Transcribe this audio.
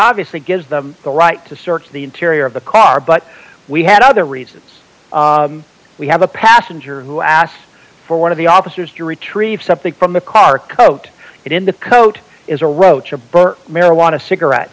obviously gives them the right to search the interior of the car but we had other reasons we have a passenger who asked for one of the officers to retrieve something from the car coat it in the coat is a roach a bird marijuana